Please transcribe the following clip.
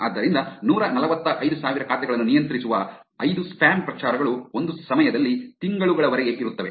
ಆದ್ದರಿಂದ ನೂರ ನಲವತ್ತ ಐದು ಸಾವಿರ ಖಾತೆಗಳನ್ನು ನಿಯಂತ್ರಿಸುವ ಐದು ಸ್ಪ್ಯಾಮ್ ಪ್ರಚಾರಗಳು ಒಂದು ಸಮಯದಲ್ಲಿ ತಿಂಗಳುಗಳವರೆಗೆ ಇರುತ್ತವೆ